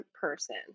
person